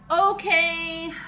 Okay